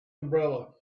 umbrella